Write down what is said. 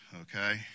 okay